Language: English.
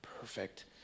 perfect